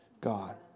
God